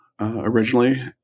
Originally